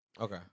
Okay